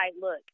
look